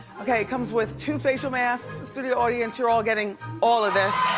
okay, it comes with two facial masks, studio audience you're all getting all of this.